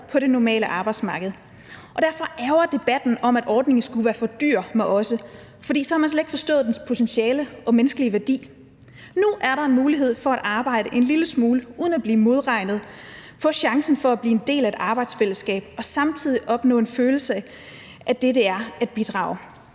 på det normale arbejdsmarked. Derfor ærgrer debatten om, at ordningen skulle være for dyr, mig også, for så har man slet ikke forstået dens potentiale og menneskelige værdi. Nu er der en mulighed for at arbejde en lille smule uden at blive modregnet, få chancen for at blive en del af et arbejdsfællesskab og samtidig opnå en følelse af det, det er at bidrage.